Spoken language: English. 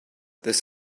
this